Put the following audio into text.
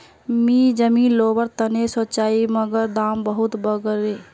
मी जमीन लोवर तने सोचौई मगर दाम बहुत बरेगये